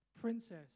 Princess